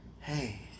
hey